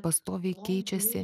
pastoviai keičiasi